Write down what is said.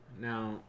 Now